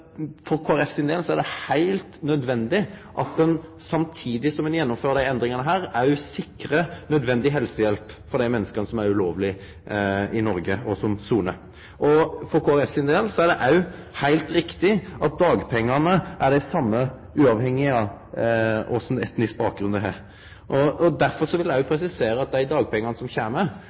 ein òg sikrar nødvendig helsehjelp for dei menneska som er ulovleg i Noreg, og som sonar ein dom. For Kristeleg Folkeparti er det heilt riktig at dagpengane er dei same uavhengig av kva for etnisk bakgrunn ein har. Derfor vil eg òg presisere at dagpengane er tilpassa norske forhold. Det er